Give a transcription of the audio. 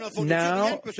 now